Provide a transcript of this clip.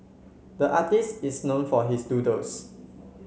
the artist is known for his doodles